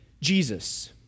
Jesus